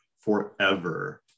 forever